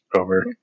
over